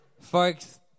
Folks